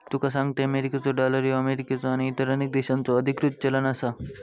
तुका सांगतंय, मेरिकेचो डॉलर ह्यो अमेरिकेचो आणि इतर अनेक देशांचो अधिकृत चलन आसा